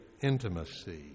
intimacy